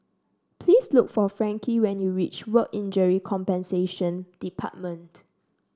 please look for Frankie when you reach Work Injury Compensation Department